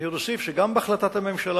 אני עוד אוסיף שגם בהחלטת הממשלה